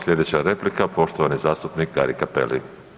Sljedeća replika poštovani zastupnik Gari Cappelli.